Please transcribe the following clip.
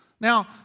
Now